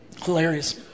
Hilarious